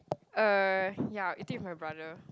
err yeah I will eat it with my brother